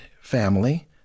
family